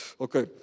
Okay